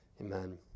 Amen